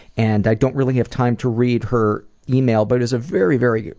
and i don't really have time to read her email, but it was a very, very